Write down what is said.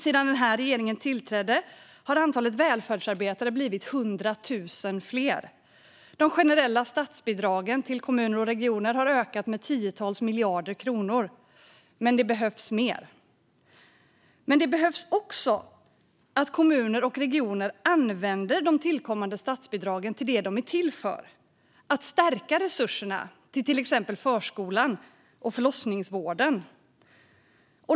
Sedan den här regeringen tillträdde har antalet välfärdsarbetare blivit 100 000 fler. De generella statsbidragen till kommuner och regioner har ökat med tiotals miljarder kronor. Men det behövs mer. Det behövs också att kommuner och regioner använder de tillkommande statsbidragen till det de är till för: att stärka resurserna till exempelvis förskolan och förlossningsvården.